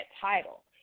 title